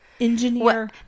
Engineer